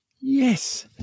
Yes